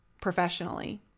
professionally